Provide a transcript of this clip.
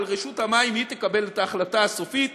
אבל רשות המים תקבל את ההחלטה הסופית